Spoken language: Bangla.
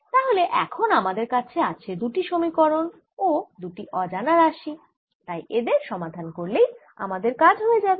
তাহলে এখন আমাদের কাছে আছে দুটি সমীকরণ ও দুটি অজানা রাশি তাই এদের সমাধান করলেই আমাদের কাজ হয়ে যাবে